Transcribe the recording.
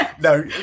no